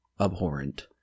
abhorrent